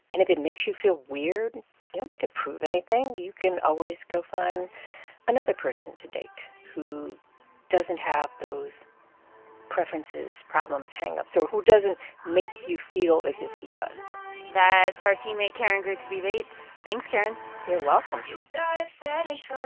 and if it makes you feel weird, you don't need to prove anything. you can always go find another person to date who doesn't have those preferences, problems, hang-ups or who doesn't make you feel as if he does that's our teammate karen grigsby bates. thanks, karen you're welcome you got a fetish ah